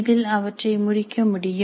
இதில் அவற்றை முடிக்க முடியும்